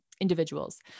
individuals